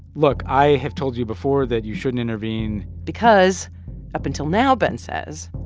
look i have told you before that you shouldn't intervene because up until now, ben says,